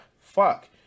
fuck